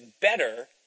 better